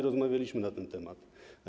Rozmawialiśmy na ten temat.